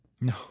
No